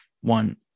one